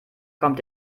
kommt